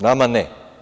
Nama ne.